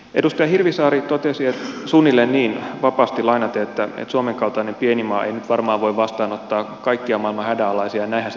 edustaja hirvisaari totesi suunnilleen niin vapaasti lainaten että suomen kaltainen pieni maa ei nyt varmaan voi vastaanottaa kaikkia maailman hädänalaisia ja näinhän se tietysti on